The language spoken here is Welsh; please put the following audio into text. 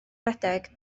redeg